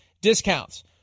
discounts